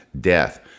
death